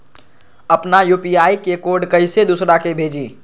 अपना यू.पी.आई के कोड कईसे दूसरा के भेजी?